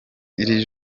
iri